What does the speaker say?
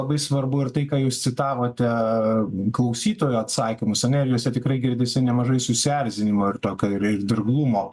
labai svarbu ir tai ką jūs citavote klausytojų atsakymus ane ir juose tikrai girdisi nemažai susierzinimo ir tokio ir dirglumo